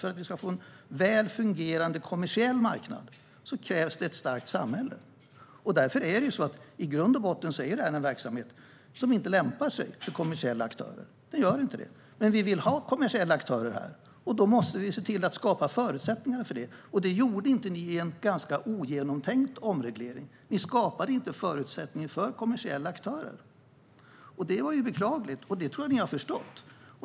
För att vi ska få en väl fungerande kommersiell marknad krävs det ett starkt samhälle. Därför är detta i grund och botten en verksamhet som inte lämpar sig för kommersiella aktörer. Men vi vill ha kommersiella aktörer här. Då måste vi se till att skapa förutsättningar för det. Det gjorde inte ni i en ganska ogenomtänkt omreglering, Emma Henriksson. Ni skapade inte förutsättningar för kommersiella aktörer. Det är beklagligt, och det tror jag att ni har förstått.